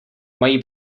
mají